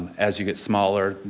as you get smaller,